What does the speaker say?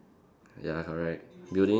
ya correct building